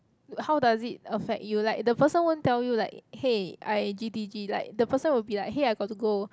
how does it affect you like the person won't tell you like hey I G_T_G like the person will be like hey I got to go